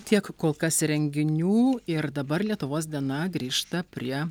tiek kol kas renginių ir dabar lietuvos diena grįžta prie